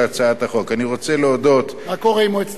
אני רוצה להודות, מה קורה אם מועצת הביטחון קובעת